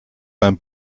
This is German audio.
beim